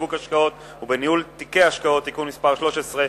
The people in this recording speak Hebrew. בשיווק השקעות ובניהול תיקי השקעות (תיקון מס' 13),